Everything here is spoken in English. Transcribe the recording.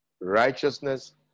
righteousness